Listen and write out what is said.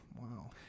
Wow